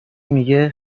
میگه